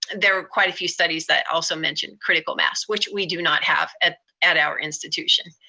there were quite a few studies that also mentioned critical mass, which we do not have at at our institution.